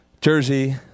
Jersey